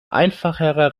einfacherer